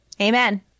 Amen